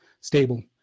stable